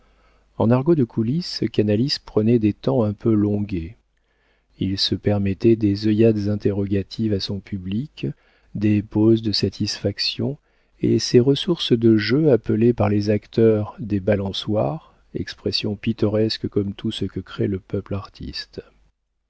en argot de coulisse canalis prenait des temps un peu longuets il se permettait des œillades interrogatives à son public des poses de satisfaction et ces ressources de jeu appelées par les acteurs des balançoires expression pittoresque comme tout ce que crée le peuple artiste